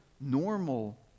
normal